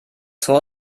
tor